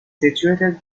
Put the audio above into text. situated